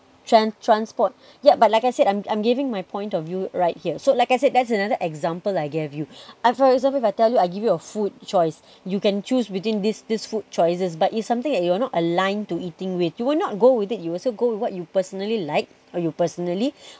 trans~ transport yeah but like I said I'm I'm giving my point of view right here so like I said that's another example I gave you I for example if I tell you I give you a food choice you can choose between this this food choices but its something that you are not align to eating with you will not go with it you will also go what you personally like or you personally